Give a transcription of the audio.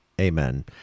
amen